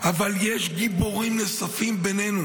אבל יש גיבורים נוספים בינינו,